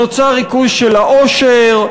נוצר ריכוז של העושר.